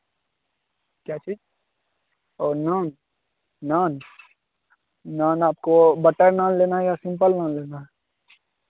क्या चीज और नान नान नान आपको बटर नान लेना है या सिम्पल नान लेना है